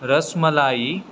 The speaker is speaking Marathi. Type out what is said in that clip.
रसमलाई